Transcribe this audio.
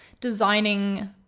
designing